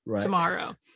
tomorrow